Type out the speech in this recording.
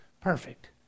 perfect